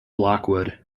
lockwood